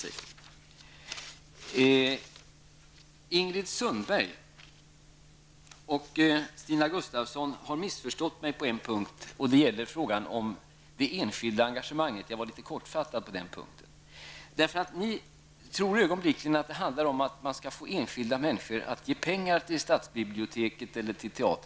Ingrid Sundberg och Stina Gustavsson har missförstått mig på en punkt. Det gäller frågan om det enskilda engagemanget. Jag är medveten om att jag uttryckte mig litet kortfattat på den punkten. Ni tror med en gång att det handlar om att få enskilda människor att ge pengar till stadsbibliotek eller teatrar.